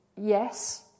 yes